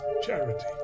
charity